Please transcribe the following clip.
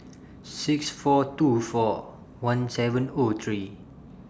six four two four one seven O three